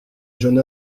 jeune